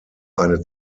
eine